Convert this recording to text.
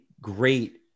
great